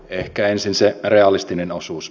ehkä ensin se realistinen osuus